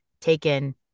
taken